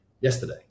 Yesterday